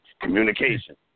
communication